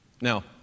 Now